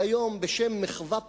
והיום, בשם מחווה פושעת,